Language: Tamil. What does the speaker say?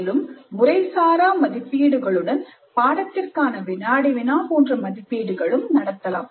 மேலும் முறைசாரா மதிப்பீடுகளுடன் பாடத்திற்கான வினாடி வினா போன்ற மதிப்பீடுகளும் நடத்தலாம்